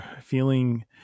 feeling